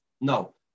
No